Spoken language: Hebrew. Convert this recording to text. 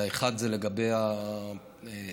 האחד זה לגבי האירוע,